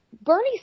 Bernie